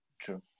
True